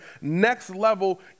next-level